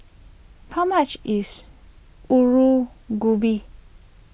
how much is Alu Gobi